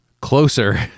Closer